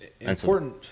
important